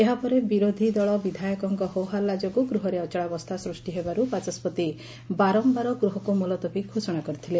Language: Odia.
ଏହାପରେ ବିରୋଧୀ ଦଳ ବିଧାୟକଙ୍କ ହୋହଲ୍ଲା ଯୋଗୁଁ ଗୃହରେ ଅଚଳାବସ୍କା ସୃଷ୍ ି ହେବାରୁ ବାଚସ୍ୱତି ବାରମ୍ଭାର ଗୂହକୁ ମୁଲତବୀ ଘୋଷଣା କରିଥିଲେ